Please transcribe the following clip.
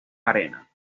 arena